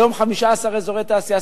היום 15 אזורי תעשייה,